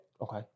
Okay